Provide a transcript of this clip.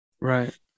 Right